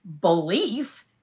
belief